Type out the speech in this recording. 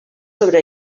sobre